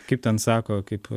kaip ten sako kaip